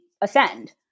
ascend